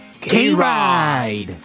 K-Ride